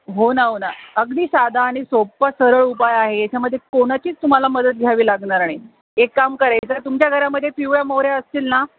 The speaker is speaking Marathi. हो ना हो ना अगदी साधा आणि सोपा सरळ उपाय आहे याच्यामध्ये कोणाचीच तुम्हाला मदत घ्यावी लागणार नाही एक काम करायचं तुमच्या घरामध्ये पिवळ्या मोहऱ्या असतील ना